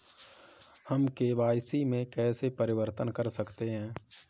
हम के.वाई.सी में कैसे परिवर्तन कर सकते हैं?